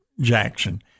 Jackson